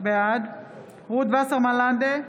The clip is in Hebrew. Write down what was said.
בעד רות וסרמן לנדה,